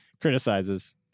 criticizes